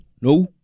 No